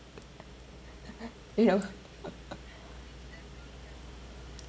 you know